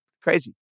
Crazy